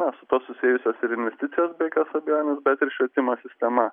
na su tuo susijusios ir investicijos be jokios abejonės bet ir švietimo sistema